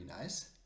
nice